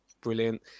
brilliant